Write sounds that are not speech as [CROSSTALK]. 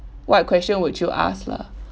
what question would you ask lah [BREATH]